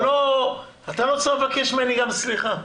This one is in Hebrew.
אתה לא צריך לבקש ממני סליחה.